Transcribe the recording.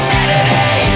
Saturday